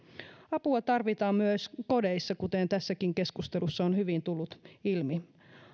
apua tarvitaan myös kodeissa kuten tässäkin keskustelussa on hyvin tullut ilmi